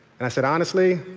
and i said, honestly,